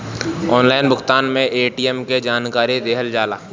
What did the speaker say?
Online भुगतान में ATM के जानकारी दिहल जाला?